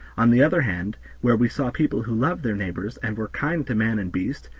on the other hand, where we saw people who loved their neighbors, and were kind to man and beast,